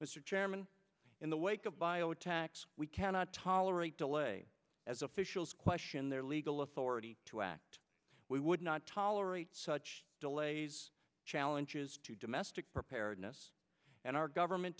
mr chairman in the wake of bio attacks we cannot tolerate delay as officials question their legal authority to act we would not tolerate such delays challenges to domestic preparedness and our government